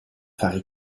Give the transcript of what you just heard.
fare